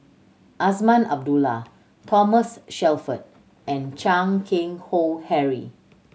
Azman Abdullah Thomas Shelford and Chan Keng Howe Harry